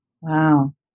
Wow